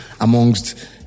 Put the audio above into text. amongst